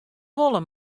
wolle